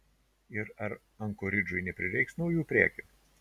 ir ar ankoridžui neprireiks naujų prekių